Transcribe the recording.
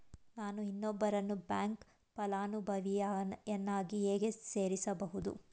ನಾನು ಇನ್ನೊಬ್ಬರನ್ನು ಬ್ಯಾಂಕ್ ಫಲಾನುಭವಿಯನ್ನಾಗಿ ಹೇಗೆ ಸೇರಿಸಬಹುದು?